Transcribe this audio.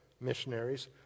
missionaries